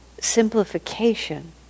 simplification